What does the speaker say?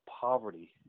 poverty